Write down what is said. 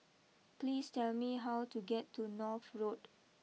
please tell me how to get to North Road